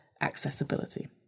accessibility